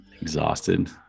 Exhausted